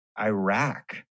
Iraq